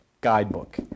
guidebook